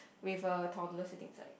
with a toddler sitting inside